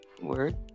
Word